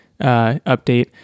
update